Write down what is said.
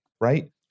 right